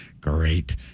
Great